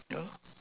yeah